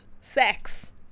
Sex